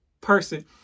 person